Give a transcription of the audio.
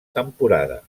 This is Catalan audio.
temporada